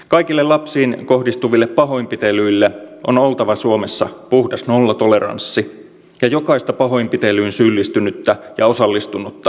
kaikille lapsiin kohdistuville pahoinpitelyille on oltava suomessa puhdas nollatoleranssi ja jokaista pahoinpitelyyn syyllistynyttä ja osallistunutta tulee rangaista